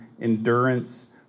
endurance